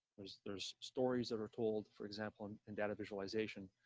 there's there's stories that are told, for example, and in data visualization,